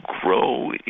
grow